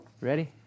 Ready